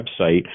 website